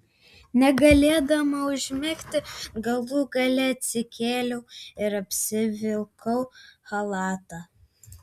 negalėdama užmigti galų gale atsikėliau ir apsivilkau chalatą